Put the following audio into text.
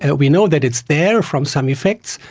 and we know that it's there from some effects,